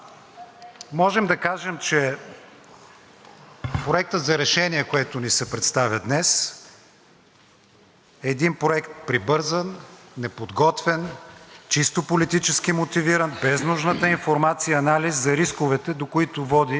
един проект прибързан, неподготвен, чисто политически мотивиран, без нужната информация и анализ за рисковете, до които води, за страната и за българските граждани. Припомням,